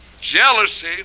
Jealousy